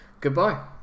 Goodbye